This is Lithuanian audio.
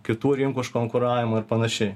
kitų rinkų užkonkuravimą ir panašiai